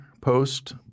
post